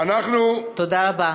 תודה רבה.